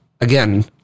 again